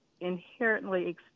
inherently